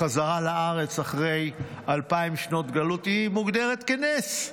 החזרה לארץ אחרי 2000 שנות גלות מוגדרת כנס,